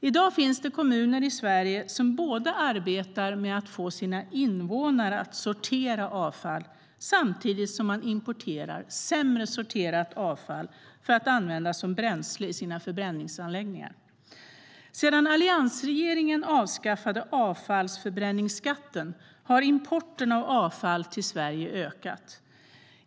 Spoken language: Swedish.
I dag finns det kommuner i Sverige som arbetar med att få sina invånare att sortera avfall samtidigt som kommunen importerar sämre sorterat avfall för att använda som bränsle i sina sopförbränningsanläggningar. Sedan alliansregeringen avskaffade avfallsförbränningsskatten har importen av avfall till Sverige ökat.